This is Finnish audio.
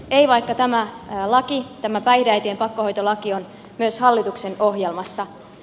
ei vaikka tämä päihdeäitien pakkohoitolaki on myös hallituksen ohjelmassa